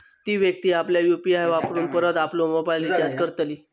ती व्यक्ती आपल्या यु.पी.आय वापरून परत आपलो मोबाईल रिचार्ज करतली